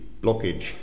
blockage